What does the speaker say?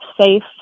safe